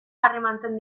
harremantzen